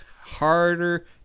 harder